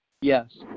Yes